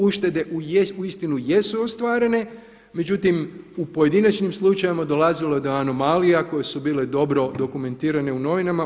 Uštede uistinu jesu ostvarene, međutim u pojedinačnim slučajevima dolazilo je do anomalija koje su bile dobro dokumentirane u novinama.